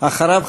ואחריו,